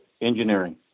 engineering